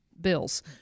bills